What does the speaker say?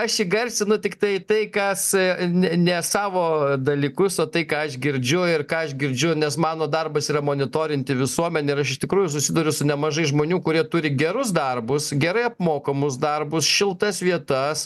aš įgarsinu tiktai tai kas ne ne savo dalykus o tai ką aš girdžiu ir ką aš girdžiu nes mano darbas yra monitorinti visuomenę ir aš iš tikrųjų susiduriu su nemažai žmonių kurie turi gerus darbus gerai apmokamus darbus šiltas vietas